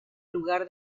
lugar